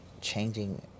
changing